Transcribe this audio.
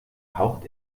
haucht